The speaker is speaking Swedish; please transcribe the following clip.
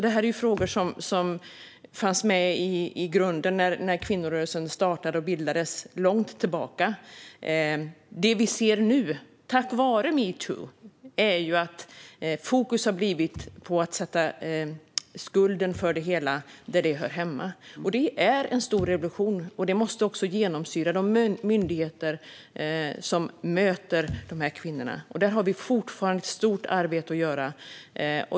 Detta är frågor som fanns med i grunden när kvinnorörelsen bildades för länge sedan. Det vi ser nu, tack vare metoo, är att fokus har hamnat på att lägga skulden för det hela där den hör hemma. Detta är en stor revolution, och det måste också genomsyra de myndigheter som möter dessa kvinnor. Där har vi fortfarande ett stort arbete att göra.